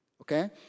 okay